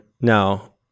now